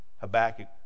Habakkuk